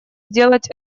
сделать